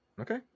okay